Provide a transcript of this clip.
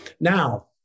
now